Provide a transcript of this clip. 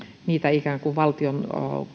niitä valtion